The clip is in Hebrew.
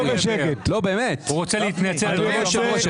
אדוני היושב ראש,